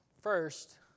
first